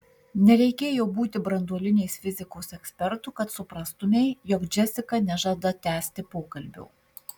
nereikėjo būti branduolinės fizikos ekspertu kad suprastumei jog džesika nežada tęsti pokalbio